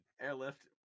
Airlift